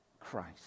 Christ